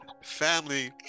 family